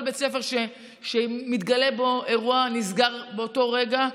כל בית ספר שמתגלה בו אירוע נסגר באותו רגע.